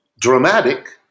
dramatic